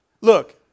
Look